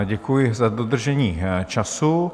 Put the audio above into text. Děkuji za dodržení času.